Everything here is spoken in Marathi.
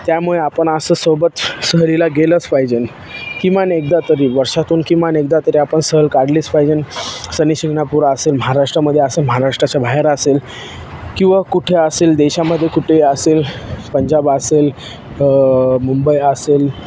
त्यामुळे आपण असं सोबत सहलीला गेलंच पाहिजेल किमान एकदा तरी वर्षातून किमान एकदा तरी आपण सहल काढलीच पाहिजेल शनिशिंगणापूर असेल महाराष्ट्रामध्ये असेल महाराष्ट्राच्या बाहेर असेल किंवा कुठे असेल देशामध्ये कुठे असेल पंजाब असेल मुंबई असेल